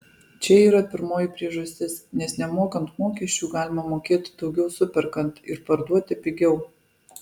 čia yra pirmoji priežastis nes nemokant mokesčių galima mokėt daugiau superkant ir parduoti pigiau